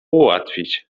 ułatwić